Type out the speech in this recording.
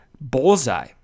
bullseye